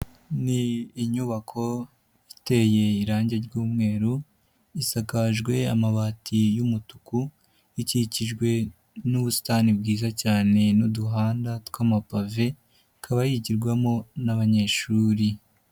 Ni inyubako iteye irangi ry'umweru, isakajwe amabati y'umutuku, ikikijwe n'ubusitani bwiza cyane n'uduhanda tw'amapave, ikaba yigirwamo n'abanyeshuri.